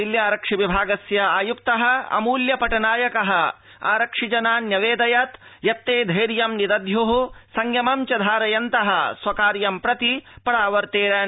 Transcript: दिल्ल्यारक्षि विभागस्यायुक्त अमूल्य पटनायक आरक्षिजनान् न्यवेदयत् यत्ते धैयै निदध्य्ः संयमं च धारयन्त स्वकार्य प्रति च परावर्त्तेरन्